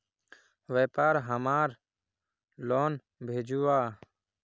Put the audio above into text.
व्यापार हमार लोन भेजुआ?